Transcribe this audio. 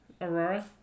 aurora